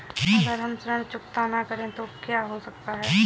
अगर हम ऋण चुकता न करें तो क्या हो सकता है?